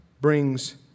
brings